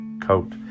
coat